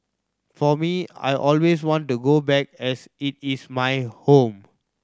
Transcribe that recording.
for me I always want to go back as it is my home